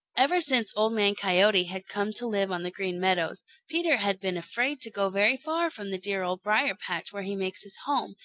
ever since old man coyote had come to live on the green meadows, peter had been afraid to go very far from the dear old briar-patch where he makes his home,